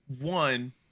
one